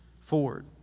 forward